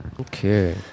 Okay